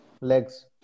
legs